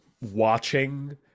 watching